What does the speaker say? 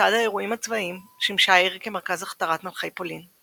לצד האירועים הצבאיים שימשה העיר כמרכז הכתרת מלכי פולין,